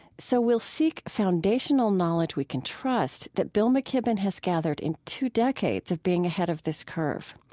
so we'll seek foundational knowledge we can trust that bill mckibben has gathered in two decades of being ahead of this curve,